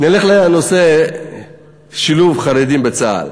נלך לנושא שילוב חרדים בצה"ל.